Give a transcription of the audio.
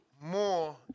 more